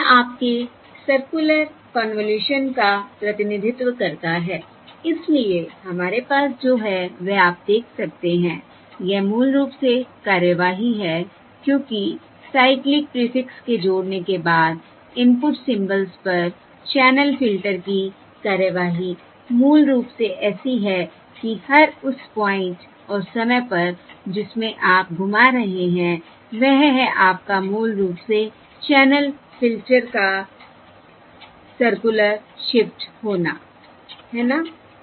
तो यह आपके सर्कुलर कन्वॉल्यूशन का प्रतिनिधित्व करता है इसलिए हमारे पास जो है वह आप देख सकते हैं यह मूल रूप से कार्यवाही है क्योंकि साइक्लिक प्रीफिक्स के जोड़ने के बाद इनपुट सिंबल पर चैनल फ़िल्टर की कार्यवाही मूल रूप से ऐसी है कि हर उस प्वाइंट और समय पर जिसमें आप घुमा रहे हैं वह है आपका मूल रूप से चैनल फिल्टर का सर्कुलर शिफ्ट होना है ना